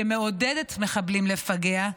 שמעודדת מחבלים לפגע,